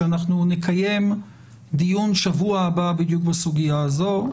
שאנחנו נקיים דיון בשבוע הבא בדיוק בסוגיה הזאת.